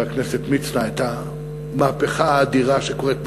הכנסת מצנע את המהפכה האדירה שקורית בירוחם,